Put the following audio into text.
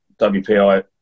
WPI